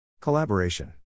Collaboration